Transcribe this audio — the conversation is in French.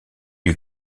eut